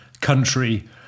Country